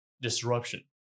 disruption